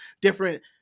different